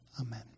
Amen